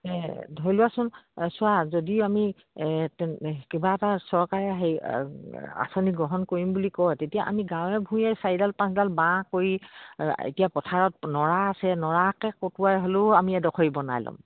ধৰি লোৱাচোন চোৱা যদি আমি কিবা এটা চৰকাৰে হেৰি আঁচনি গ্ৰহণ কৰিম বুলি কয় তেতিয়া আমি গাঁৱে ভূঞে চাৰিডাল পাঁচডাল বাঁহ কৰি এতিয়া পথাৰত নৰা আছে নৰাকে কটোৱাই হ'লেও আমি এডখৰি বনাই ল'ম